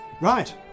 Right